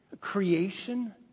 Creation